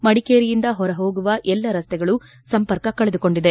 ಮಡಿಕೇರಿಯಿಂದ ಹೊರ ಹೋಗುವ ಎಲ್ಲ ರಸ್ತೆಗಳು ಸಂಪರ್ಕ ಕಡಿದುಕೊಂಡಿದೆ